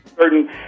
Certain